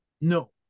no